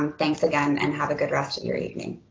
um thanks again and have a good rest of your evening.